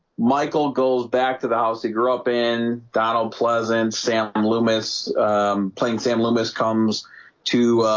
michael goes back to the house to grew up in donald pleasence sam and loomis playing sam loomis comes to